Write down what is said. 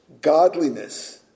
Godliness